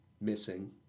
missing